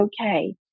okay